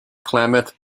klamath